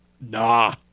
Nah